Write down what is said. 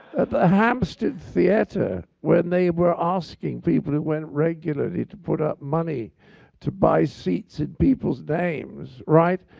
at the hampstead theater, when they were asking people who went regularly, to put up money to buy seats in people's names right?